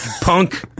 Punk